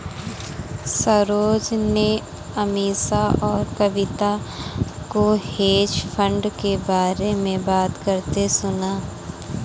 सरोज ने अमीषा और कविता को हेज फंड के बारे में बात करते सुना